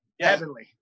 heavenly